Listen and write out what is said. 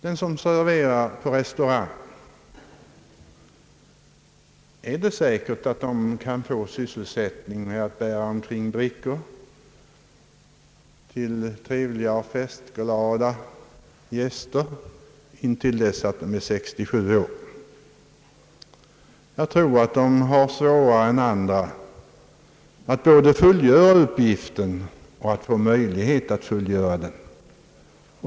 Det är inte säkert att den som serverar på restaurang kan få sysselsättning med att bära omkring brickor till trevliga och festiglada gäster fram till dess att vederbörande är 67 år. Jag tror att denne har det svårare än andra både att fullgöra uppgiften och att få möjlighet att fullgöra den.